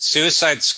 Suicide